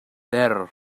ter